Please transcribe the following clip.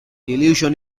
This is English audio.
dilution